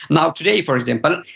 now today, for example,